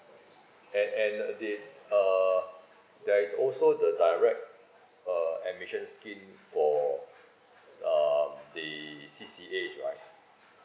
and and did uh there is also the direct uh admission scheme for um the C_C_As right